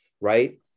right